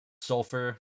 Sulfur